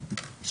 בבקשה.